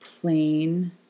plain